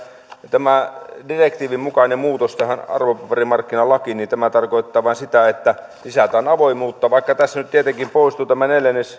tämä direktiivin mukainen muutos tähän arvopaperimarkkinalakiin tarkoittaa vain sitä että lisätään avoimuutta vaikka tässä nyt tietenkin poistuu tämä